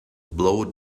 blow